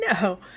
No